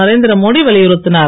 Narendra Modi வலியுறுத்திஞர்